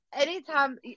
anytime